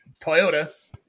Toyota